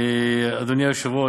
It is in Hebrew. אדוני היושב-ראש,